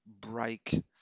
break